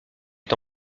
est